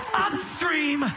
upstream